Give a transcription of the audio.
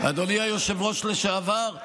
אדוני היושב-ראש לשעבר,